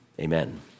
Amen